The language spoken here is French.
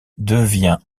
devient